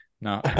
No